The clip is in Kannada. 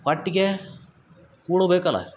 ಹೊಟ್ಟೆಗೆ ಕೂಳು ಬೇಕಲ್ಲ